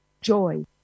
joy